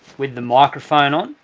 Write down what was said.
with the microphone on.